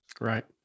Right